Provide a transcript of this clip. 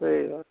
सही बात